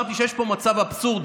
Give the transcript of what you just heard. אמרתי שיש פה מצב אבסורדי.